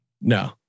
No